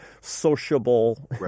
sociable